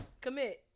Commit